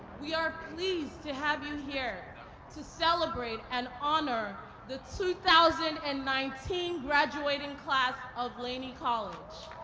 we are pleased to have you here to celebrate and honor the two thousand and nineteen graduating class of laney college.